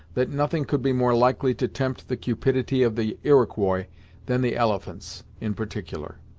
that nothing could be more likely to tempt the cupidity of the iroquois than the elephants, in particular.